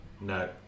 No